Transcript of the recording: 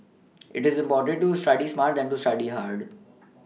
it is important to study smart than to study hard